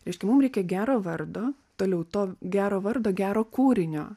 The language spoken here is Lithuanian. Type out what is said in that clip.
reiškia mum reikia gero vardo toliau to gero vardo gero kūrinio